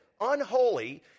unholy